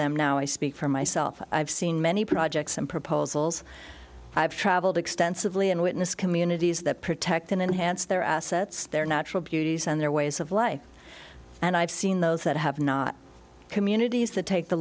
them now i speak for myself i've seen many projects and proposals i've traveled extensively and witness communities that protect and enhance their assets their natural beauties and their ways of life and i've seen those that have not communities that take the